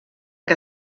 que